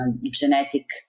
genetic